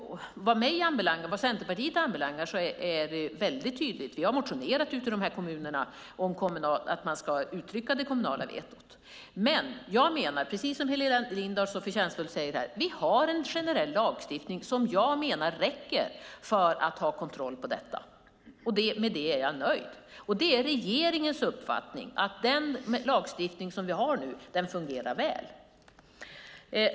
Vad Centerpartiet anbelangar är det väldigt tydligt. Vi har motionerat ute i de här kommunerna om att man ska uttrycka det kommunala vetot. Men precis som Helena Lindahl så förtjänstfullt säger har vi en generell lagstiftning, och jag menar att den räcker för att ha kontroll på detta. Med det är jag nöjd. Det är regeringens uppfattning att den lagstiftning som vi har nu fungerar väl.